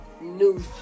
new